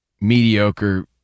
mediocre